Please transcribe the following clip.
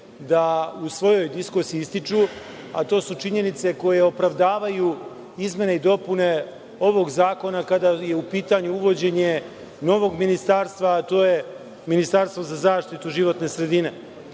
da u svojoj diskusiji ističu, a to su činjenice koje opravdavaju izmene i dopune ovog Zakona, kada je u pitanju uvođenje novog ministarstva, a to je ministarstvo za zaštitu životne sredine.S